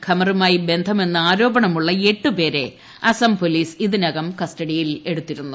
ഖമറുമായി ബന്ധമെന്ന് ആരോപണമുള്ള എട്ട് പേരെ അസം പോലീസ് ഇതിനകം കസ്റ്റഡിയിലെടുത്തിരുന്നു